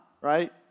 right